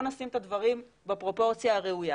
בואו נשים את הדברים בפרופורציה הראויה,